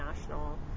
National